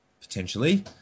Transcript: potentially